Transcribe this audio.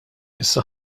issa